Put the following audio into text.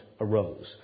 arose